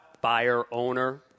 buyer-owner